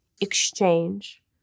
exchange